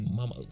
Mama